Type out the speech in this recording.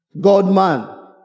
God-man